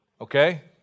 Okay